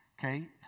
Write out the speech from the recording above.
Okay